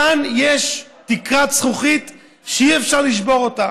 כאן יש תקרת זכוכית שאי-אפשר לשבור אותה,